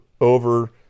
over